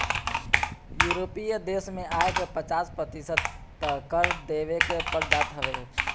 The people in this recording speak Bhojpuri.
यूरोपीय देस में आय के पचास प्रतिशत तअ कर देवे के पड़ जात हवे